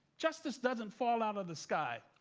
justice doesn't fall out of the sky,